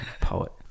Poet